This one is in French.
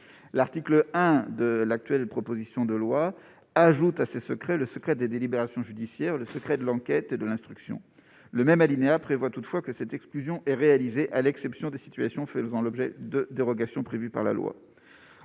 L'article 1 de la présente proposition de loi ajoute le secret des délibérations judiciaires, le secret de l'enquête et de l'instruction à cette liste. Le même alinéa prévoit toutefois que cette exclusion est réalisée « à l'exception des situations faisant l'objet de dérogations prévues par la loi